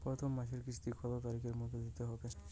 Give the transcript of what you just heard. প্রথম মাসের কিস্তি কত তারিখের মধ্যেই দিতে হবে?